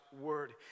word